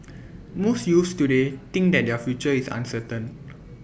most youths today think that their future is uncertain